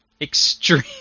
Extreme